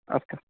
अस्तु